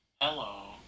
Hello